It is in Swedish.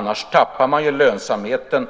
Man tappar ju delvis lönsamheten